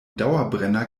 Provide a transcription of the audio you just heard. dauerbrenner